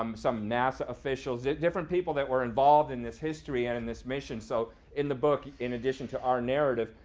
um some nasa officials, different people that were involved in this history and in this mission. so in the book, in addition to our narrative,